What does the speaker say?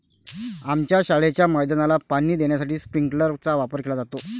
आमच्या शाळेच्या मैदानाला पाणी देण्यासाठी स्प्रिंकलर चा वापर केला जातो